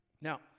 Now